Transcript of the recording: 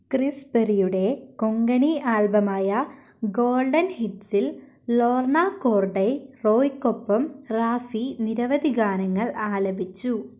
Chris പെറിയുടെ Konkani album ആയ golden ഹിറ്റ്സിൽ ലോർണ കോർഡെയ്റോയ്ക്കൊപ്പം റാഫി നിരവധി ഗാനങ്ങൾ ആലപിച്ചു